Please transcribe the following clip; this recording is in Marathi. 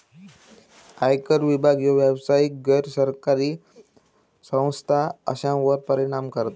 आयकर विभाग ह्यो व्यावसायिक, गैर सरकारी संस्था अश्यांवर परिणाम करता